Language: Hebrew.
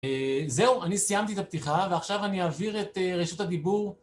זהו, אני סיימתי את הפתיחה, ועכשיו אני אעביר את רשות הדיבור.